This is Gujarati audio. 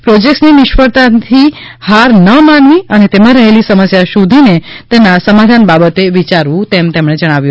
પ્રોજેક્ટ્સની નિષ્ફળતાથી હાર ના માનવી અને તેમાં રહેલી સમસ્યા શોધીને તેના સમાધાન બાબતે વિચારવું જોઈએ